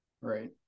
Right